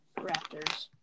Raptors